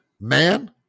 man